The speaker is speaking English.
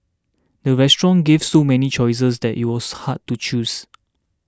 the restaurant gave so many choices that it was hard to choose